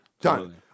Done